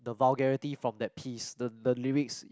the vulgarity from that piece the the lyrics